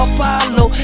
Apollo